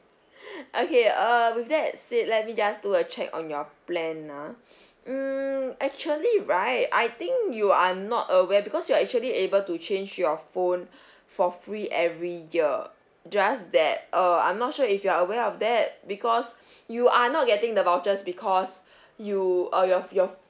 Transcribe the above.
okay err with that said let me just do a check on your plan ah mm actually right I think you are not aware because you are actually able to change your phone for free every year just that uh I'm not sure if you are aware of that because you are not getting the vouchers because you uh your your